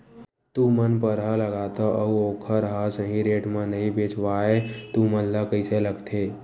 तू मन परहा लगाथव अउ ओखर हा सही रेट मा नई बेचवाए तू मन ला कइसे लगथे?